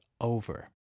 over